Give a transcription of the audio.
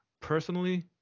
personally